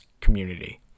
community